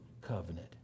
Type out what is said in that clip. Covenant